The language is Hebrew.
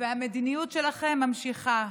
והמדיניות שלכם ממשיכה.